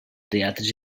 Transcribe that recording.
teatres